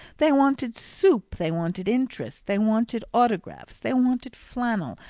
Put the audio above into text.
they wanted soup, they wanted interest, they wanted autographs, they wanted flannel,